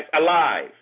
alive